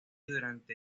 durante